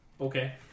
Okay